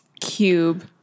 cube